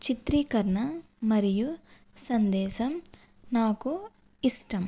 చిత్రీకరణ మరియు సందేశం నాకు ఇష్టం